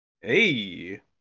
Hey